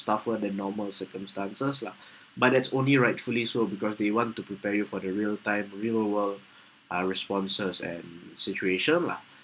tougher than normal circumstances lah but that's only rightfully so because they want to prepare you for the real time real world uh responses and situation lah